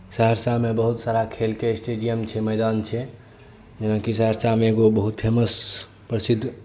सहरसामे बहुत सारा खेलके स्टेडियम छै मैदान छै जाहिमे कि सहरसामे एगो बहुत फेमस प्रसिद्ध